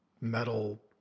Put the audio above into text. metal